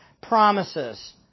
promises